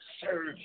serve